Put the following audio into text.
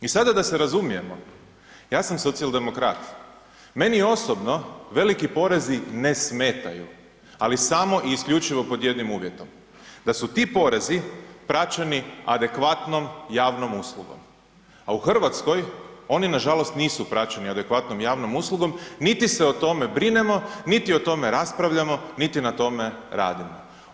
I sada da se razumijemo, ja sam socijaldemokrat, meni osobno velik porezi ne smetaju ali samo i isključivo pod jednim uvjetom da su ti porezi praćeni adekvatnom javnom uslugom a u Hrvatskoj oni nažalost nisu praćeni adekvatnom javnom uslugom niti se o tome brinemo, niti o tome raspravljamo, ni na tome radimo.